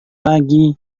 lagi